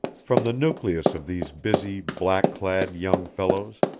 from the nucleus of these busy, black-clad young fellows,